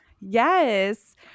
Yes